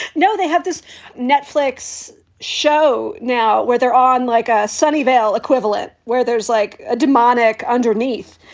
no. they have this netflix show now where they're on like ah sunnyvale equivalent where there's like a demonic underneath.